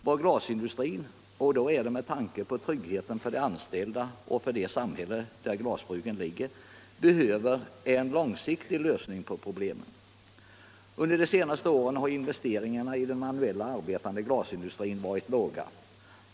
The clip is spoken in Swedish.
Vad glasindustrin —- med tanke på tryggheten för de anställda och för det samhälle där glasbruken ligger — behöver är en långsiktig lösning på problemen. Under de senaste åren har investeringarna i den manuellt arbetande glasindustrin varit låga.